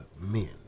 men